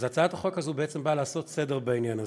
אז הצעת החוק הזו בעצם באה לעשות סדר בעניין הזה.